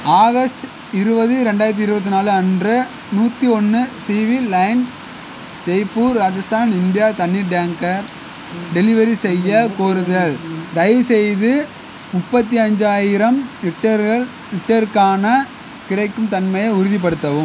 August இருபது ரெண்டாயிரத்தி இருபத்தி நாலு அன்று நூற்றி ஒன்று civil lines Jaipur Rajasthan India தண்ணீர் டேங்கர் டெலிவரி செய்யக் கோருதல் தயவுசெய்து முப்பத்தி அஞ்சாயிரம் லிட்டர்கள் லிட்டருக்கான கிடைக்கும் தன்மையை உறுதிப்படுத்தவும்